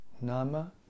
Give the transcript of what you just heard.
Nama